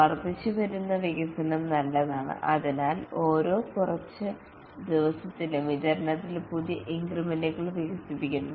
വർദ്ധിച്ചുവരുന്ന വികസനം നല്ലതാണ് അതിനാൽ ഓരോ കുറച്ച് ദിവസത്തിലും വിതരണത്തിൽ പുതിയ ഇൻക്രിമെന്റുകൾ വികസിക്കുന്നു